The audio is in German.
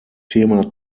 thema